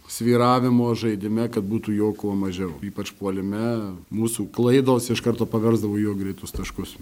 svyravimo žaidime kad būtų jo kuo mažiau ypač puolime mūsų klaidos iš karto paversdavo jo greitus taškus